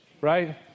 right